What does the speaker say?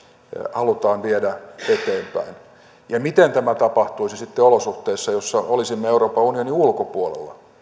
halutaan viedä eteenpäin miten tämä tapahtuisi olosuhteissa joissa olisimme euroopan unionin ulkopuolella